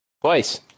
twice